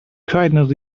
quietness